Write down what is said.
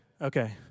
Okay